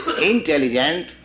intelligent